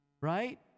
Right